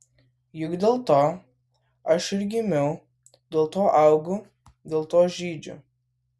juk dėl to aš ir gimiau dėl to augu dėl to žydžiu